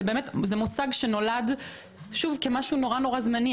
זה מושג שנולד כמשהו מאוד זמני.